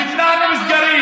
למה אתה כל פעם אומר שהוא חזר?